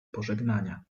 pożegnania